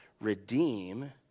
redeem